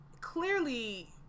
clearly